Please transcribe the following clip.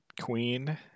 Queen